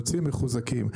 יוצאים מחוזקים,